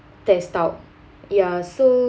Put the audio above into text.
test out ya so